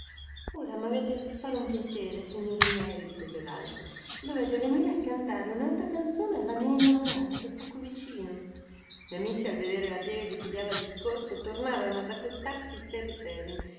mavete a fare un piacere signori miei rispose laltro dovete venire a cantare unaltra canzone alla mia innamorata che sta qui vicino gli amici al vedere la piega che pigliava il discorso tornarono ad accostarsi seri seri